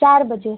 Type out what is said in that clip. चार बजे